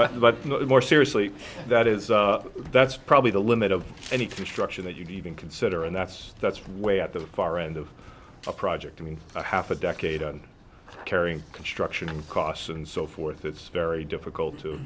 but more seriously that is that's probably the limit of any construction that you'd even consider and that's that's way at the far end of a project i mean half a decade on carrying construction costs and so forth it's very difficult to